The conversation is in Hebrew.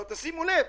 תשימו לב,